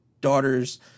daughter's